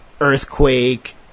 Earthquake